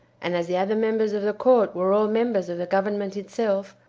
and as the other members of the court were all members of the government itself,